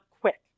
quick